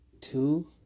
two